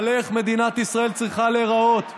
על איך מדינת ישראל צריכה להיראות ב-2048,